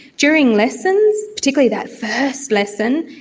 during lessons, particularly that first lesson,